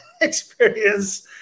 experience